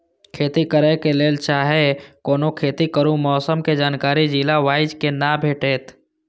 खेती करे के लेल चाहै कोनो खेती करू मौसम के जानकारी जिला वाईज के ना भेटेत?